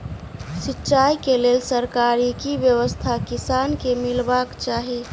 सिंचाई केँ लेल सरकारी की व्यवस्था किसान केँ मीलबाक चाहि?